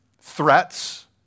threats